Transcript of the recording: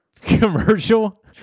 commercial